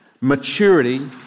maturity